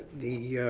the